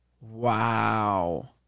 Wow